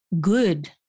good